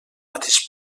mateix